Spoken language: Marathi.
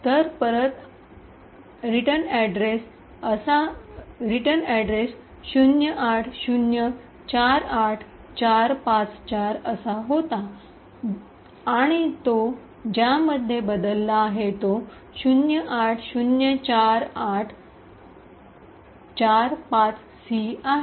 तर परत पत्ता 08048454 असा होता आणि तो ज्यामध्ये बदलला आहे तो 0804845C आहे